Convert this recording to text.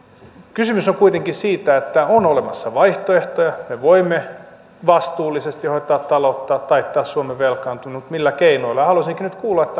kysymys on kuitenkin siitä että on olemassa vaihtoehtoja me voimme vastuullisesti hoitaa taloutta taittaa suomen velkaantumisen mutta millä keinoilla haluaisinkin nyt kuulla